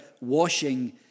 washing